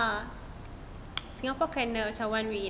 singapore kerana macam one way in a run